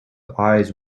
eyes